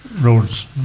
roads